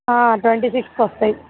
twenty sixth వస్తాయి